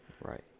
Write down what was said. Right